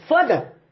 further